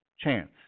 chance